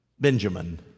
Benjamin